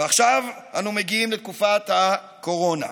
ועכשיו אנו מגיעים לתקופת הקורונה.